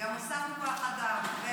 וגם הוספנו כוח אדם.